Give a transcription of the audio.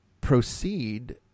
proceed